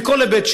מכל היבט,